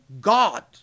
God